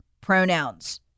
pronouns